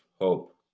hope